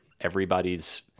everybody's